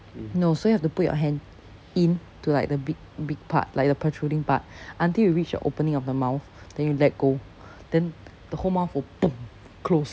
no so you have to put your hand in to like the big big part like the protruding part until you reach the opening of the mouth then you let go then the whole mouth will boom close